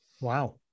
wow